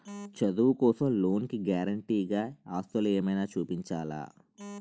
చదువు కోసం లోన్ కి గారంటే గా ఆస్తులు ఏమైనా చూపించాలా?